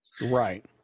Right